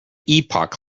epoch